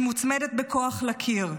היא מוצמדת בכוח לקיר,